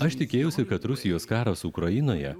aš tikėjausi kad rusijos karas ukrainoje